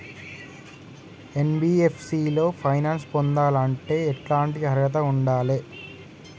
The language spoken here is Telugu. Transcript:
ఎన్.బి.ఎఫ్.సి లో ఫైనాన్స్ పొందాలంటే ఎట్లాంటి అర్హత ఉండాలే?